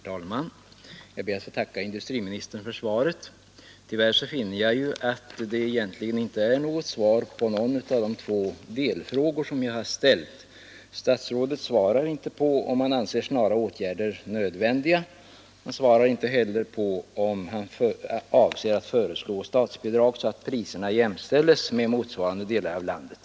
Herr talman! Jag ber att få tacka industriministern för svaret. Tyvärr finner jag att det egentligen inte är något svar på någon av de två delfrågor som jag har ställt. Statsrådet säger inte om han anser snara åtgärder nödvändiga, och han säger inte heller om han avser att föreslå statsbidrag så att priserna jämställs med taxorna i motsvarande delar av landet.